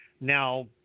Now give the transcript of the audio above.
Now